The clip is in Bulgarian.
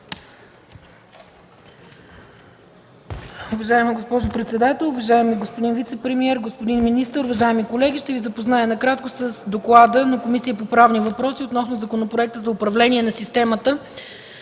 Уважаема госпожо председател, уважаеми господин вицепремиер, господин министър, уважаеми колеги! Ще ви запозная накратко с: „ДОКЛАД на Комисията по правни въпроси относно Законопроект за управление на системата